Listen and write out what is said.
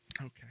Okay